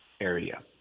area